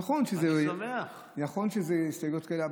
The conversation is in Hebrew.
נכון שזה הסתייגויות כאלה,